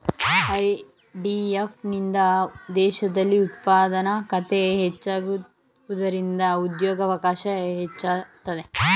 FDI ನಿಂದ ದೇಶದಲ್ಲಿ ಉತ್ಪಾದಕತೆ ಹೆಚ್ಚಾಗುವುದರಿಂದ ಉದ್ಯೋಗವಕಾಶ ಹೆಚ್ಚುತ್ತದೆ